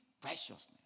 preciousness